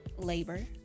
Labor